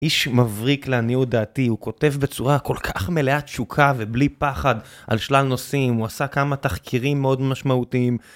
איש מבריק לעניות דעתי, הוא כותב בצורה כל כך מלאת תשוקה ובלי פחד על שלל נושאים, הוא עשה כמה תחקירים מאוד משמעותיים